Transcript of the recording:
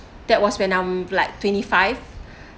that was when I'm like twenty five